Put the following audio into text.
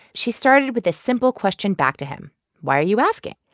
she started with a simple question back to him why are you asking?